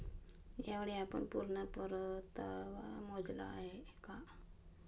यावेळी आपण पूर्ण परतावा मोजला आहे का?